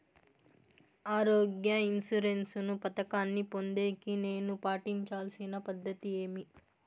ఆరోగ్య ఇన్సూరెన్సు పథకాన్ని పొందేకి నేను పాటించాల్సిన పద్ధతి ఏమి?